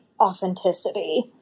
authenticity